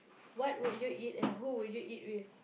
what would you eat and who would you eat with